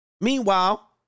Meanwhile